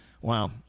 wow